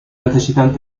necesitan